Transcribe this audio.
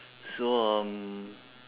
so um